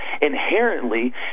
inherently